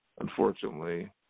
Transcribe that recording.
unfortunately